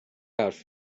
حرف